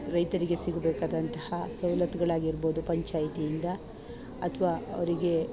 ರೈತರಿಗೆ ಸಿಗಬೇಕಾದಂತಹ ಸವಲತ್ಗಳಾಗಿರ್ಬೋದು ಪಂಚಾಯ್ತಿಯಿಂದ ಅಥ್ವಾ ಅವರಿಗೆ